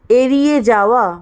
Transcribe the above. এড়িয়ে যাওয়া